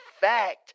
fact